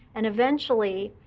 and eventually,